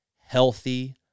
healthy